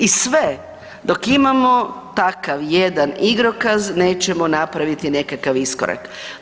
I sve dok imamo takav jedan igrokaz nećemo napraviti nekakav iskorak.